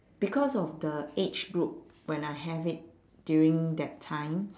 because of the age group when I have it during that time